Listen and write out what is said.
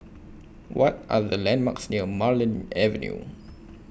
What Are The landmarks near Marlene Avenue